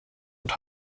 und